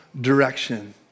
direction